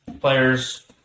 players –